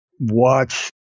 watch